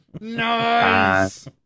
Nice